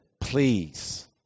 please